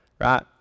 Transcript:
right